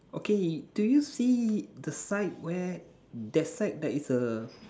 okay do you see the side where that side that is a